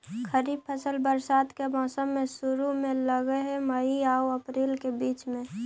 खरीफ फसल बरसात के मौसम के शुरु में लग हे, मई आऊ अपरील के बीच में